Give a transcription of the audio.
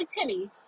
Timmy